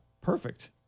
Perfect